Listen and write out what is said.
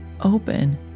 open